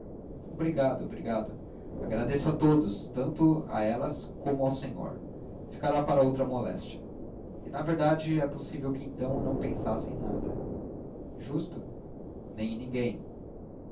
obrigado obrigado agradeço a todos tanto a elas como ao senhor ficará para a outra moléstia e na verdade é possível que então não pensasse em nada justo nem em ninguém